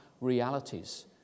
realities